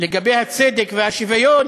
לגבי הצדק והשוויון,